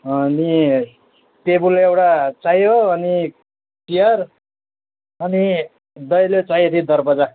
अनि टेबल एउटा चाहियो अनि चियर अनि दैलो चाहिएको थियो दरवाजा